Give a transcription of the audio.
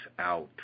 out